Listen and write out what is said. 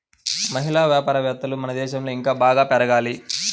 మహిళా వ్యాపారవేత్తలు మన దేశంలో ఇంకా బాగా పెరగాలి